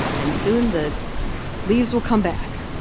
and soon the leaves will come back.